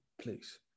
please